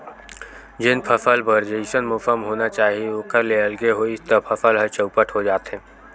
जेन फसल बर जइसन मउसम होना चाही ओखर ले अलगे होइस त फसल ह चउपट हो जाथे